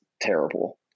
terrible